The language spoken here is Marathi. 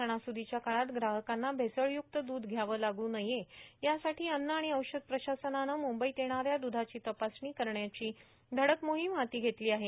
सणासुद्धाच्या काळात ग्राहकांना भेसळ युक्त दूध घ्यावं लागू नये यासाठा अन्न आर्मण औषध प्रशासनानं मुंबईत येणाऱ्या दधाची तपासणी करण्याची धडक मोहींम हाती घेतलो आहे